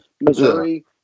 Missouri